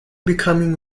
becoming